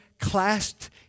clasped